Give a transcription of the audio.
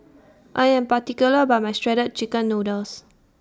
I Am particular about My Shredded Chicken Noodles